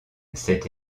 cette